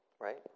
right